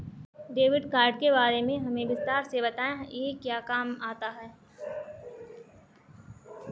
Debit card के बारे में हमें विस्तार से बताएं यह क्या काम आता है?